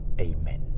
Amen